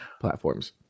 platforms